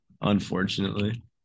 Unfortunately